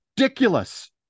ridiculous